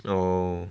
oh